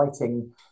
writing